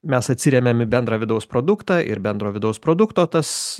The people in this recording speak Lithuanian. mes atsiremiam į bendrą vidaus produktą ir bendro vidaus produkto tas